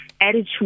attitude